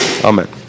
Amen